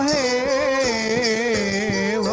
a